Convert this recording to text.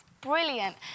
brilliant